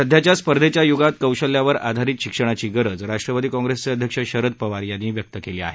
सध्याच्या स्पर्धेच्या य्गात कौशल्यावर आधारित शिक्षणाची गरज राष्ट्रवादी काँग्रेसचे अध्यक्ष शरद पवार यांनी व्यक्त केली आहे